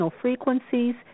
frequencies